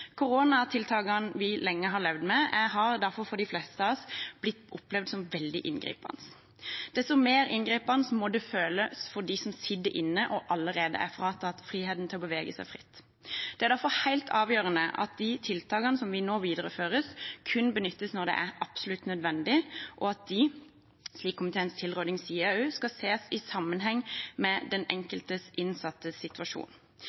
Koronatiltakene vi lenge har levd med, har derfor for de fleste av oss blitt opplevd som veldig inngripende. Desto mer inngripende må det føles for dem som sitter inne og allerede er fratatt friheten til å bevege seg fritt. Det er derfor helt avgjørende at de tiltakene vi nå viderefører, kun benyttes når det er absolutt nødvendig, og at de – slik komiteens tilråding også sier – skal ses i sammenheng med den enkelte innsattes situasjon.